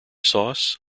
sauce